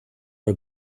are